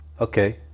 Okay